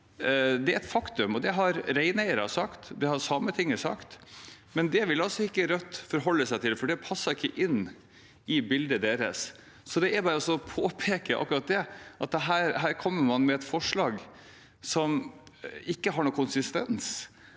Det er et faktum. Det har reineiere sagt, det har Sametinget sagt, men det vil altså ikke Rødt forholde seg til, for det passer ikke inn i bildet deres. Det er bare å påpeke akkurat det, at her kommer man med et forslag som ikke har noen konsistens.